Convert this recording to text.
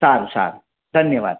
સારું સારું ધન્યવાદ